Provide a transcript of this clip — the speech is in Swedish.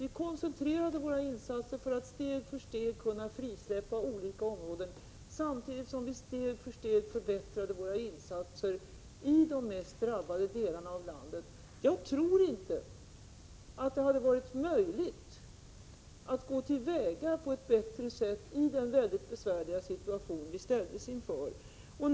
Vi har koncentrerat våra insatser för att steg för steg kunna frisläppa olika områden, samtidigt som vi steg för steg förbättrat våra insatser i de mest drabbade delarna av landet. Jag tror inte att det hade varit möjligt att gå till väga på ett bättre sätt i den väldigt besvärliga situation vi ställdes inför.